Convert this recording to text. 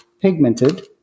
pigmented